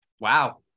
Wow